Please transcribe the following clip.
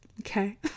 Okay